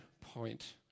point